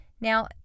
Now